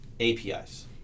APIs